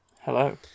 Hello